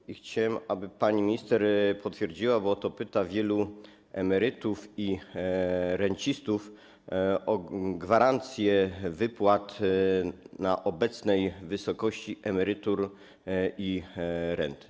I chciałem, aby pani minister potwierdziła to, o co pyta wielu emerytów i rencistów, czyli gwarancje wypłat w obecnej wysokości emerytur i rent.